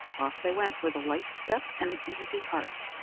off they went, with a light step and an easy heart,